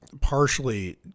partially